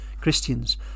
Christians